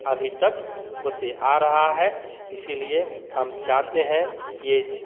अभी तक होते आ रहा है इसीलिए हम चाहते हैं ये